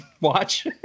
watch